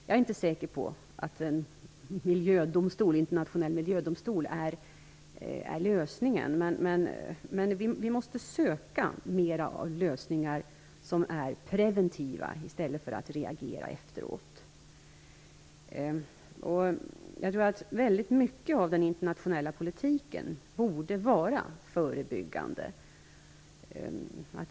Jag är inte säker på att en internationell miljödomstol är lösningen, men vi måste söka mer av lösningar som är preventiva i stället för att reagera efteråt. Jag tror att väldigt mycket av den internationella politiken borde vara förebyggande.